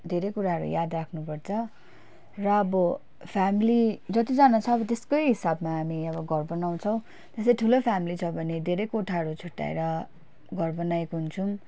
धेरै कुराहरू याद राख्नुपर्छ र अब फ्यामिली जतिजना छ अब त्यसकै हिसाबमा हामी अब घर बनाउँछौँ जस्तै ठुलो फ्यामिली छ भने धेरै कोठाहरू छुट्टाएर घर बनाएको हुन्छौँ